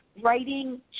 Writing